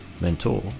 mentor